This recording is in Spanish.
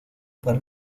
para